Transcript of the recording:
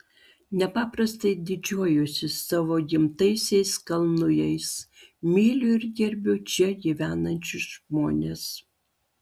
nepaprastai didžiuojuosi savo gimtaisiais kalnujais myliu ir gerbiu čia gyvenančius žmones